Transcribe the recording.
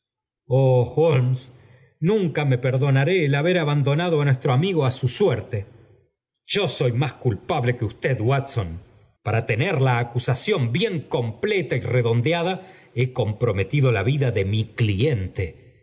nunca me perdonaré el haber abandonado á nuestro amigo á bu suerte yo soy más culpable que usted wat son pa ra tener la acusación bien completa y redondeada he comprometido la vida de mi cliente